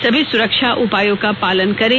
सभी सुरक्षा उपायों का पालन करें